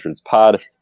pod